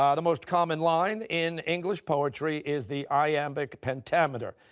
um the most common line in english poetry is the iambic pentameter.